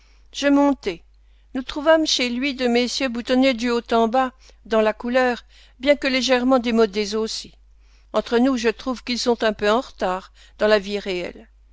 je montai nous trouvâmes chez lui deux messieurs boutonnés du haut en bas dans la couleur bien que légèrement démodés aussi entre nous je trouve qu'ils sont un peu en retard dans la vie réelle